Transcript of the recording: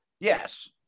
yes